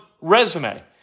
resume